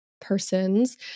persons